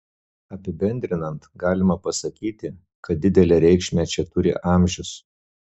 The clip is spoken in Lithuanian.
apibendrinant galima pasakyti kad didelę reikšmę čia turi amžius